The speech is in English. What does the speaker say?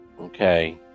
Okay